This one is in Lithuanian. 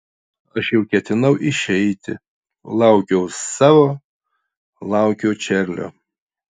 aš jau ketinau išeiti laukiau savo laukiau čarlio